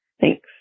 Thanks